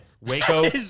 Waco